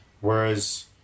whereas